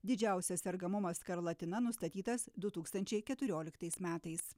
didžiausias sergamumas skarlatina nustatytas du tūkstančiai keturioliktais metais